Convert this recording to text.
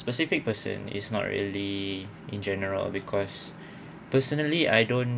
specific person is not really in general because personally I don't